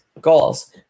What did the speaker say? goals